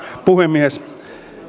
puhemies